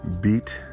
Beat